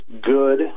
good